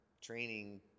training